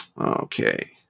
okay